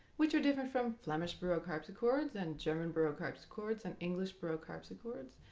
which are different from flemish baroque harpsichords and german baroque harpsichords and english baroque harpsichords,